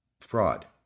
fraud